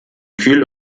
kühl